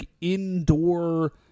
indoor